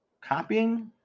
copying